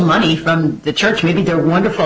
money from the church maybe they're wonderful